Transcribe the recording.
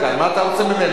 מה אתה רוצה ממנו?